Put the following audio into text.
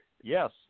Yes